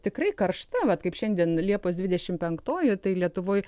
tikrai karšta vat kaip šiandien liepos dvidešim penktoji tai lietuvoj